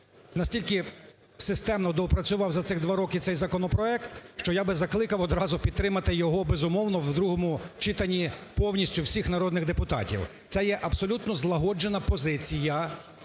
настільки системно доопрацював за ці два роки законопроект, що я би закликав одразу підтримати його, безумовно, у другому читанні повністю всіх народних депутатів. Це є абсолютно злагоджена позиція